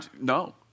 No